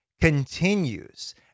continues